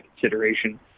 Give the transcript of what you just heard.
consideration